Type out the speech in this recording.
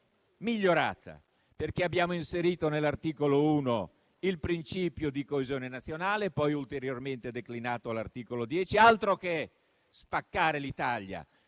migliorato. Infatti, abbiamo inserito nell'articolo 1 il principio di coesione nazionale, poi ulteriormente declinato all'articolo 10: altro che spaccare l'Italia!